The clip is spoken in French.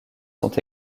sont